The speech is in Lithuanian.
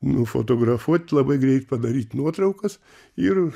nufotografuot labai greit padaryt nuotraukas ir